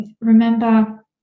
remember